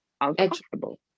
Uncomfortable